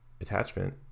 Attachment